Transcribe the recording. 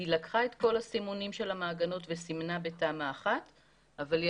היא לקחה את כל הסימונים של המעגנות וסימנה בתמ"א 1 אבל היא